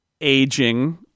aging